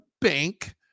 bank